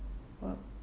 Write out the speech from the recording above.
oh